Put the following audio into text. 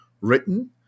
written